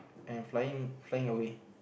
and flying flying away